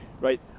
Right